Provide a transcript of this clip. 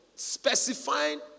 specifying